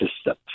system